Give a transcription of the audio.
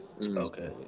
Okay